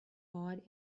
awed